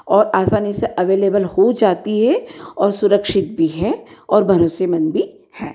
और आसानी से एवेलेबल हो जाती है और सुरक्षित भी है और भरोसेमन्द भी है